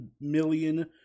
million